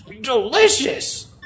Delicious